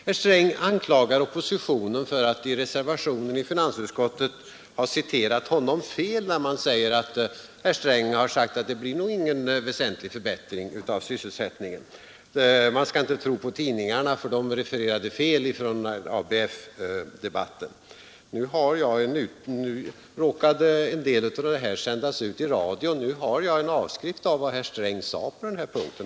Herr Sträng anklagar oppositionen för att i reservationen i finansutskottet ha citerat honom fel när man säger att herr Sträng har sagt, att det nog inte blir någon väsentlig förbättring av sysselsättningen — man skall inte tro på tidningarna, eftersom de refererade honom fel i ABF-debatten. Nu råkade en del av diskussionen sändas ut i radio, och jag har nu fått en utskrift av vad herr Sträng sade på denna punkt.